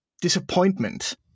disappointment